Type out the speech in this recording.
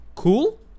cool